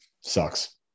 sucks